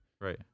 Right